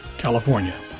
California